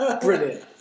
Brilliant